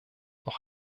noch